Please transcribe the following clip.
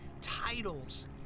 titles